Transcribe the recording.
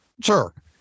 Sure